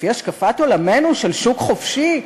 לפי השקפת עולמנו של שוק חופשי,